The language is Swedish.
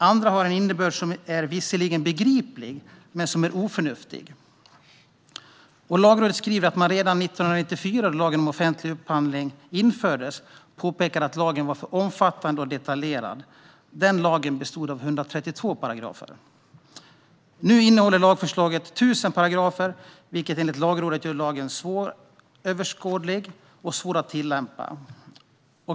Andra har en innebörd som visserligen är begriplig, men som är oförnuftig." Lagrådet skriver att man redan 1994, då lagen om offentlig upphandling infördes, påpekade att lagen var för omfattande och detaljerad. Den lagen bestod av 132 paragrafer. Nu innehåller lagförslaget 1 000 paragrafer, vilket enligt Lagrådet gör lagen svåröverskådlig och svår att tillämpa.